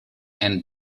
and